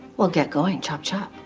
well get going. chop chop.